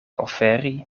oferi